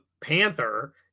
Panther